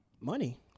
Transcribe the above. money